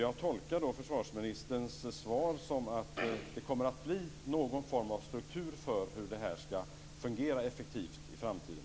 Jag tolkar försvarsministerns svar som att det kommer att bli någon form av struktur för hur det här ska fungera effektivt i framtiden.